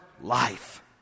life